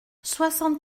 soixante